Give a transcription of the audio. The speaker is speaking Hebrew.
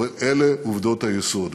אבל אלה עובדות היסוד,